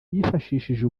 yifashishije